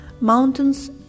mountains